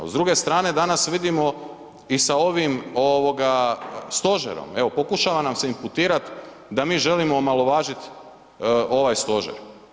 S druge strane danas vidimo i sa ovim ovoga stožerom, evo ga pokušava nam se imputirati da mi želimo omalovažit ovaj stožer.